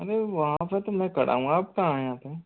अरे वहाँ पर तो मैं खड़ा हूँ आप कहाँ हैं यहाँ पर